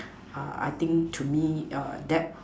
uh I think to me err that